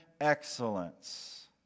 excellence